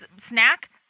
snack